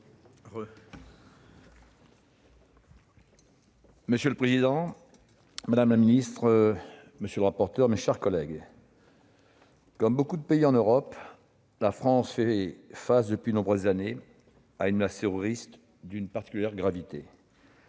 Monsieur le président, madame la ministre, mes chers collègues, comme beaucoup de pays en Europe, la France fait face depuis de nombreuses années à une menace terroriste d'une particulière gravité.